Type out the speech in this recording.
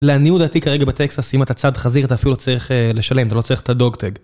לעניות דעתי כרגע בטקסס, אם אתה צד חזיר אתה אפילו לא צריך לשלם, אתה לא צריך את ה-dog tag.